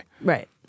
right